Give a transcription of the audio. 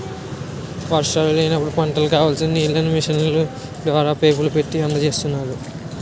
వర్షాలు లేనప్పుడు పంటలకు కావాల్సిన నీళ్ళను మిషన్ల ద్వారా, పైపులు పెట్టీ అందజేస్తున్నాం